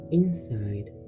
inside